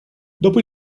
dopo